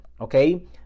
okay